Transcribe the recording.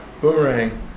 Boomerang